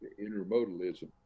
intermodalism